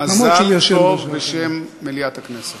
מזל טוב בשם מליאת הכנסת.